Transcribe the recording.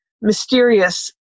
mysterious